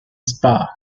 spa